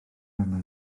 arna